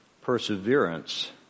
perseverance